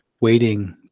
waiting